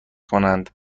کنند